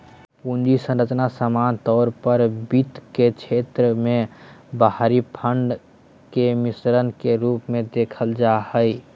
पूंजी संरचना सामान्य तौर पर वित्त के क्षेत्र मे बाहरी फंड के मिश्रण के रूप मे देखल जा हय